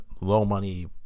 low-money